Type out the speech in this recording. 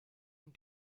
und